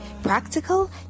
practical